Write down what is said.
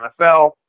NFL